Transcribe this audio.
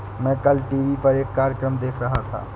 मैं कल टीवी पर एक कार्यक्रम देख रहा था